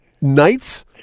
Knights